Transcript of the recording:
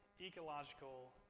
ecological